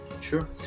sure